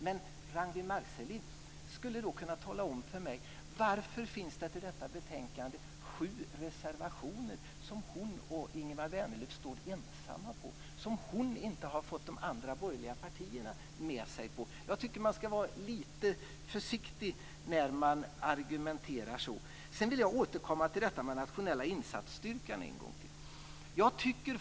Men Ragnwi Marcelind skulle kunna tala om för mig varför det till detta betänkande finns sju reservationer som hon och Ingemar Vänerlöv står ensamma för, som hon inte har fått de andra borgerliga partierna med sig på? Jag tycker att man ska vara lite försiktig när man argumenterar så. Sedan vill jag återkomma till den nationella insatsstyrkan en gång till.